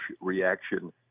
reaction